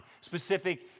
specific